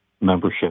membership